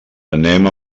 anem